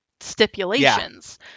stipulations